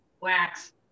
wax